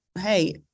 Hey